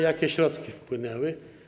Jakie środki wpłynęły?